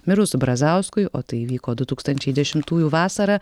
mirus brazauskui o tai įvyko du tūkstančiai dešimtųjų vasarą